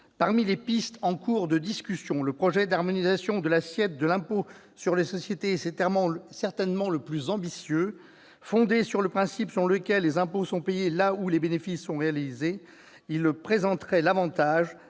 Parmi les pistes en cours de discussion, le projet d'harmonisation de l'assiette de l'impôt sur les sociétés est certainement le plus ambitieux. Fondé sur le principe selon lequel « les impôts sont payés là où les bénéfices sont réalisés », il présenterait l'avantage